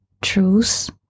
truth